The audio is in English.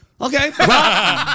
Okay